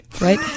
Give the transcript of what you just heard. right